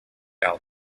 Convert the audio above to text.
out